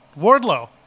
Wardlow